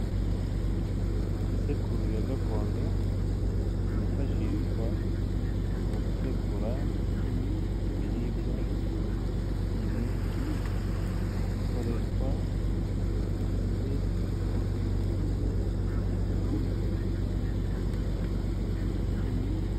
Isekuru ya gakondo yifashishwa mu gusekura ibiribwa, imiti, ikoreshwa igihe udafite uburyo bwo gukoresha ibya kizungu.